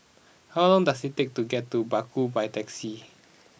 how long does it take to get to Baku by taxi